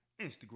Instagram